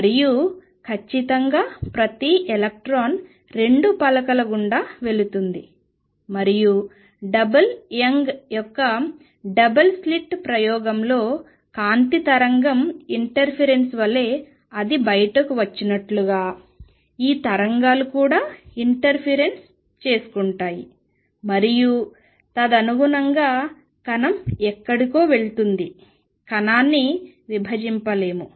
మరింత ఖచ్చితంగా ప్రతి ఎలక్ట్రాన్ రెండు పలకల గుండా వెళుతుంది మరియు డబుల్ 'యంగ్' యొక్క డబుల్ స్లిట్ ప్రయోగంలో కాంతి తరంగ ఇంటర్ఫిరెన్స్ వలె అది బయటకు వచ్చినట్లుగా ఈ తరంగాలు కూడా ఇంటర్ఫిరెన్స్ చేసుకుంటాయి మరియు తదనుగుణంగా కణం ఎక్కడికో వెళుతుంది కణాన్ని విభజించలేము